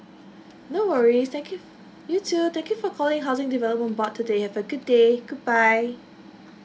no worries thank you you too thank you for calling housing development board today have a good day goodbye